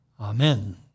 Amen